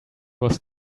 was